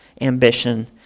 ambition